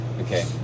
okay